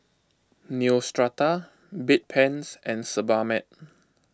Neostrata Bedpans and Sebamed